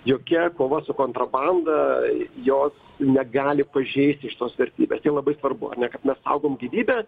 jokia kova su kontrabanda jos negali pažeisti šitos vertybės labai svarbu ar ne kad mes saugom gyvybę